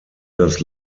das